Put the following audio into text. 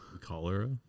cholera